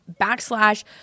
backslash